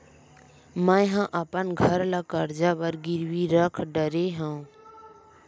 मेहा अपन घर ला कर्जा बर गिरवी रख डरे हव